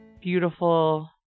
beautiful